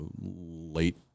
late